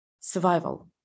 survival